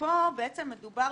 פה בעצם מדובר